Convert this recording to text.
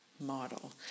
model